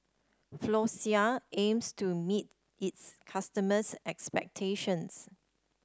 Floxia aims to meet its customers' expectations